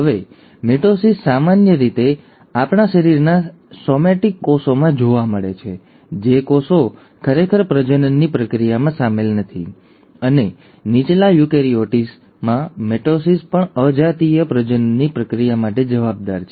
તેથી મિટોસિસ સામાન્ય રીતે આપણા શરીરના સોમેટિક કોષોમાં જોવા મળે છે જે કોષો ખરેખર પ્રજનનની પ્રક્રિયામાં સામેલ નથી અને નીચલા યુકેરીયોટ્સમાં મિટોસિસ પણ અજાતીય પ્રજનનની પ્રક્રિયા માટે જવાબદાર છે